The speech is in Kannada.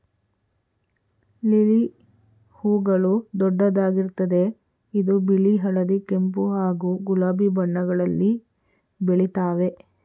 ಲಿಲಿ ಹೂಗಳು ದೊಡ್ಡದಾಗಿರ್ತದೆ ಇದು ಬಿಳಿ ಹಳದಿ ಕೆಂಪು ಹಾಗೂ ಗುಲಾಬಿ ಬಣ್ಣಗಳಲ್ಲಿ ಬೆಳಿತಾವೆ